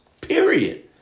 Period